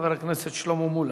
חבר הכנסת שלמה מולה.